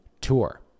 tour